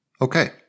Okay